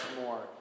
more